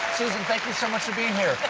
susan, thank you so much for being here. but